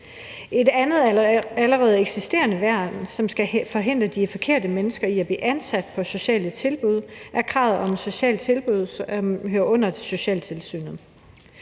Et andet allerede eksisterende værn, som skal forhindre de forkerte mennesker i at blive ansat på sociale tilbud, er, at det sociale